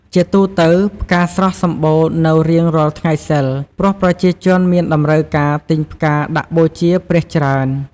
ជាទូទៅ ផ្កាស្រស់សម្បូរនៅរៀងរាល់ថ្ងៃសីល ព្រោះប្រជាជនមានតម្រូវការទិញផ្កាដាក់បូជាព្រះច្រើន។